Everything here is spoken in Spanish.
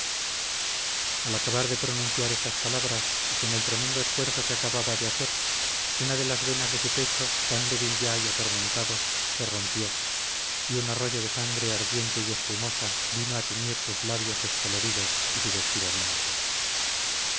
al acabar de pronunciar estas palabras y con el tremendo esfuerzo que acababa de hacer una de las venas de su pecho tan débil ya y atormentado se rompió y un arroyo de sangre ardiente y espumosa vino a teñir sus labios descoloridos y su vestido blanco